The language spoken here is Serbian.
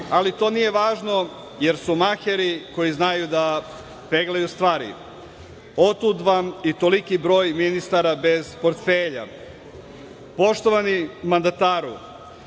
ali to nije važno jer su maheri koji znaju da peglaju stvari. Otuda vam i toliki broj ministara bez portfelja. Poštovani mandataru,